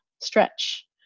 stretch